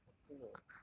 我真的